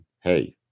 Hey